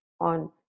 on